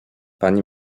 pani